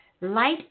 Light